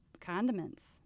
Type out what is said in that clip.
condiments